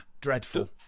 dreadful